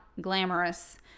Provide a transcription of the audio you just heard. glamorous